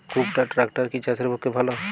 কুবটার ট্রাকটার কি চাষের পক্ষে ভালো?